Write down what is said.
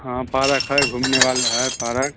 हाँ पारक है घूमने वाले है पारक